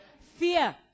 Fear